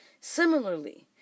Similarly